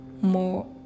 more